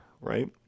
right